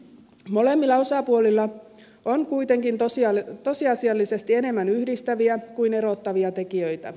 molemmilla osapuolilla on kuitenkin tosiasiallisesti enemmän yhdistäviä kuin erottavia tekijöitä